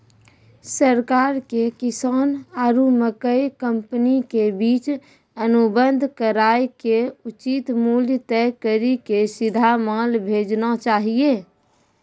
सरकार के किसान आरु मकई कंपनी के बीच अनुबंध कराय के उचित मूल्य तय कड़ी के सीधा माल भेजना चाहिए?